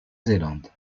zélande